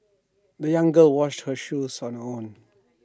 the young girl washed her shoes on her own